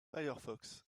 firefox